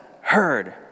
heard